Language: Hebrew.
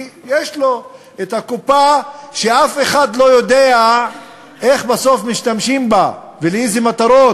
כי יש לו קופה שאף אחד לא יודע איך בסוף משתמשים בה ולאיזה מטרות.